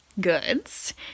goods